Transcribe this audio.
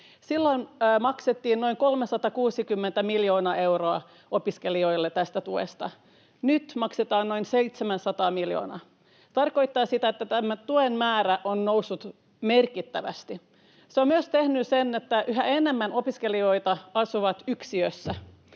Silloin maksettiin noin 360 miljoonaa euroa opiskelijoille tästä tuesta, nyt maksetaan noin 700 miljoonaa, mikä tarkoittaa sitä, että tuen määrä on noussut merkittävästi. Se on myös tehnyt sen, että yhä useammat opiskelijat asuvat yksiössä.